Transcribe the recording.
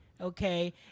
Okay